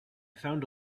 found